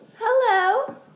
Hello